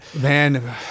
man